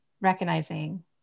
recognizing